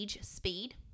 Speed